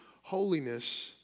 holiness